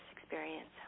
experience